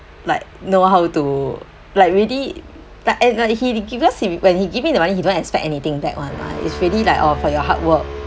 like know how to like really like I don't know he because he when he give me the money he don't expect anything back [one] what it's really like oh for your hard work